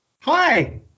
Hi